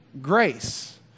grace